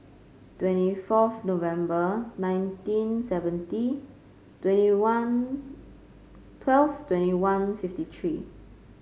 twenty fourth November nineteen seventy twenty one twelve twenty one fifty three